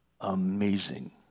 amazing